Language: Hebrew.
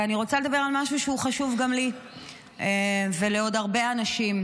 אני רוצה לדבר על משהו שהוא חשוב לי ולעוד הרבה אנשים.